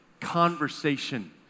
conversation